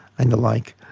and the like.